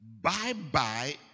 bye-bye